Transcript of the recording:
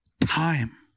time